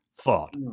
thought